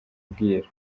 bwiru